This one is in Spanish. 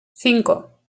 cinco